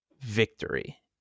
victory